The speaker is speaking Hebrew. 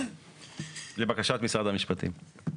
לבקשת משרד המשפטים.